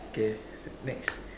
okay next